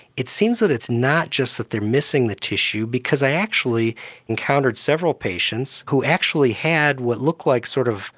it seems that it's not just that they are missing the tissue, because i actually encountered several patients who actually had what looked like sort of